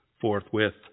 Forthwith